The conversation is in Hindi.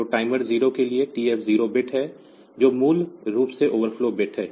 तो टाइमर 0 के लिए TF0 बिट है जो मूल रूप से ओवरफ्लो बिट है